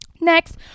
next